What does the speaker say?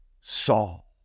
Saul